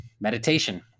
meditation